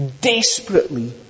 desperately